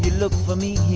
look for me here